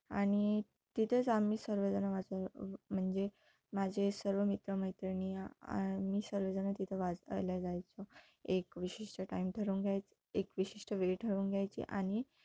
आणि तिथेच आम्ही सर्वजणं वाच म्हणजे माझे सर्व मित्रमैत्रिणी आ मी सर्वजणं तिथं वाचायला जायचो एक विशिष्ट टाईम ठरवून घ्यायचं एक विशिष्ट वेळ ठरवून घ्यायची आणि